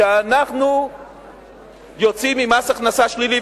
כשאנחנו יוצאים עם מס הכנסה שלילי,